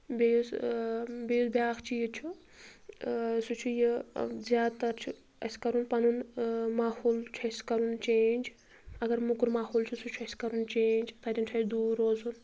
بیٚیہِ یُس بیٚیہِ یُس بیٛاکھ چیٖز چھُ سُہ چھُ یہِ زیاد تَر چھ اَسہِ کَرُن پَنُن ماحول چھُ اَسہِ کَرُن چینٛج اگر موٚکُر ماحول چھُ سُہ چھِ اَسہِ کَرُن چینٛج تَتٮ۪ن چھُ اَسہِ دوٗر روزُن